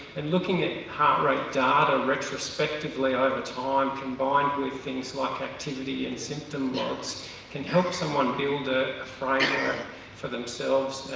and looking at um rate data retrospectively over time combined with things like activity and symptom logs can help someone build a framework for themselves,